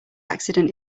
accident